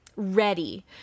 ready